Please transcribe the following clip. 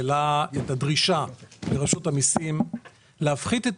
הוא העלה את הדרישה לרשות המסים להפחית את